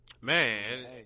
man